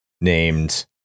named